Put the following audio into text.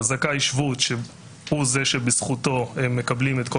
הזכאי שבות שהוא זה שבזכותו מקבלים את כל